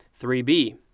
3B